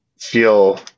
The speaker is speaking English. feel